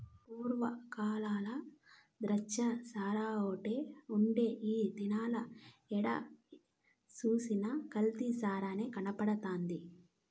పూర్వ కాలంల ద్రాచ్చసారాఓటే ఉండే ఈ దినాల ఏడ సూసినా కల్తీ సారనే కనబడతండాది